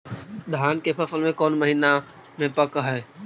धान के फसल कौन महिना मे पक हैं?